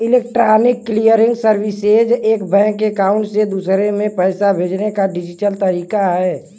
electronic clearing services एक bank account से दूसरे में पैसे भेजने का डिजिटल तरीका है